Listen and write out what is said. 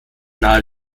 nahe